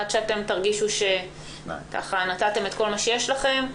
עד שתרגישו שנתתם את כל מה שיש לכם,